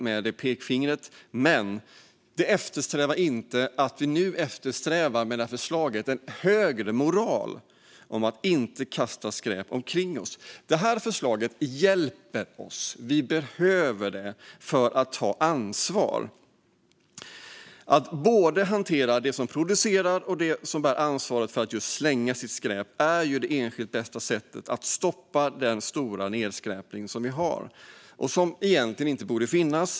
Men det hindrar inte att vi med det här förslaget nu eftersträvar en högre moral när det gäller att inte kasta skräp omkring oss. Det här förslaget hjälper oss. Vi behöver det för att ta ansvar. Ansvaret för det vi producerar och ansvaret för att slänga sitt skräp är det enskilt bästa sättet att stoppa den stora nedskräpning som vi har som egentligen inte borde finnas.